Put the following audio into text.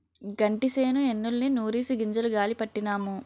గంటిసేను ఎన్నుల్ని నూరిసి గింజలు గాలీ పట్టినాము